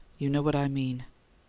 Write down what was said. you know what i mean.